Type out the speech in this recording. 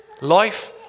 Life